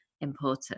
important